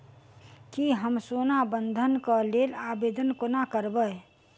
की हम सोना बंधन कऽ लेल आवेदन कोना करबै?